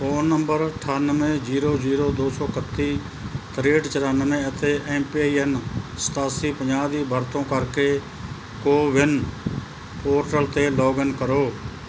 phone number ਅਠਾਨਵੇਂ zero zero ਦੋ ਸੌ ਇਕੱਤੀ ਤਰੇਂਹਠ ਚੁਰਾਨਵੇਂ ਅਤੇ ਐਮ ਪੀ ਆਈ ਐਨ ਸਤਾਸੀ ਪੰਜਾਹ ਦੀ ਵਰਤੋਂ ਕਰਕੇ ਕੋ ਵਿਨ ਪੋਰਟਲ 'ਤੇ ਲੌਗਇਨ ਕਰੋ